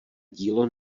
dílo